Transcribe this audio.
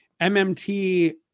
MMT